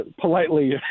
politely